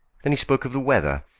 then he spoke of the weather,